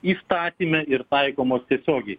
įstatyme ir taikomos tiesiogiai